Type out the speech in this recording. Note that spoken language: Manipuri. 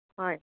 ꯍꯣꯏ